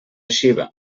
xiva